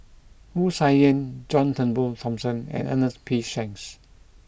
Wu Tsai Yen John Turnbull Thomson and Ernest P Shanks